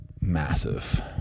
massive